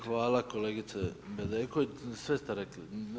Hvala kolegice Bedeković, sve ste rekli.